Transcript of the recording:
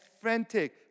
frantic